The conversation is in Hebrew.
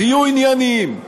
תהיו ענייניים,